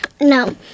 no